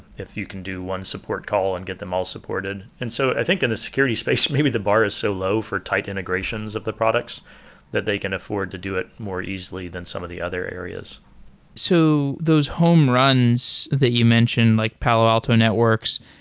if you can do one support call and get them all supported. and so i think in the security space, maybe the bar is so low for tight integrations of the products that they can afford to do it more easily than some of the other areas so those homeruns that you mentioned like palo alto networks,